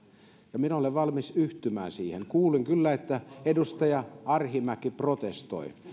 ja minä olen valmis yhtymään siihen kuulin kyllä että edustaja arhinmäki protestoi